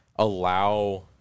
allow